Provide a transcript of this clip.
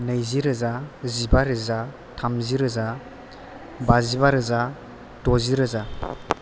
नैजि रोजा जिबा रोजा थामजि रोजा बाजिबा रोजा द'जि रोजा